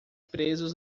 presos